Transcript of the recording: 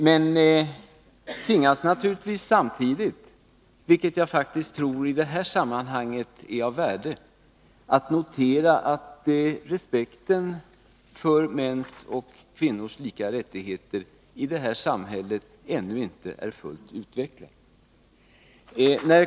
Men jag tvingas naturligtvis samtidigt, vilket jag faktiskt tror är av värde i detta sammanhang, notera att respekten för mäns och kvinnors lika rättigheter i det här samhället ännu inte är fullt utvecklad.